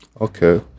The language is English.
okay